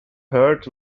hurt